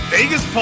Vegas